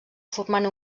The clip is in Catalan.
formant